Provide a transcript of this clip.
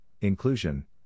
inclusion